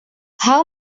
how